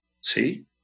See